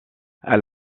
elle